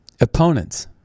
Opponents